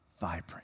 vibrant